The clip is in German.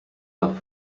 nach